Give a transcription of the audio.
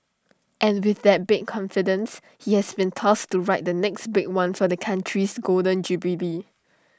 and with that confidence he has been tasked to write the next big one for the Country's Golden Jubilee